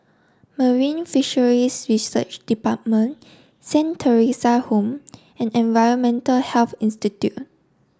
Marine Fisheries Research Department Saint Theresa Home and Environmental Health Institute